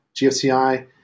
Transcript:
GFCI